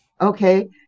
Okay